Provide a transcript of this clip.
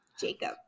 Jacob